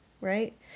right